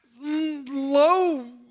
Low